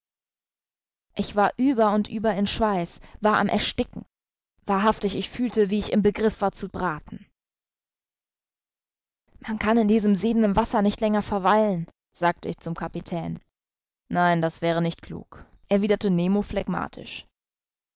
ich war über und über in schweiß war am ersticken wahrhaftig ich fühlte wie ich im begriff war zu braten man kann in diesem siedenden wasser nicht länger verweilen sagte ich zum kapitän nein das wäre nicht klug erwiderte